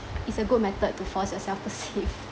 it's a good method to force yourself to save